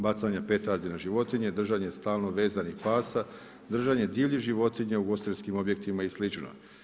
Bacanje petardi na životinje, držanje stalno vezanih pasa, držanje divljih životinja u ugostiteljskim objektima i slično.